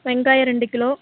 வெங்காயம் ரெண்டு கிலோ